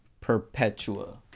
Perpetua